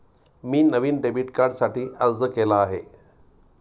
मी नवीन डेबिट कार्डसाठी अर्ज केला आहे